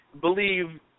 believe